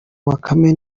bakame